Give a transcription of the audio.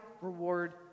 reward